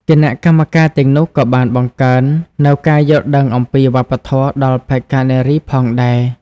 គណៈកម្មការទាំងនោះក៏បានបង្កើននូវការយល់ដឹងអំពីវប្បធម៌ដល់បេក្ខនារីផងដែរ។